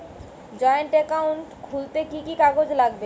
Joint account খুলতে কি কি কাগজ লাগবে?